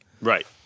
Right